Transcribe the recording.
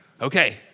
Okay